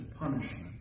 punishment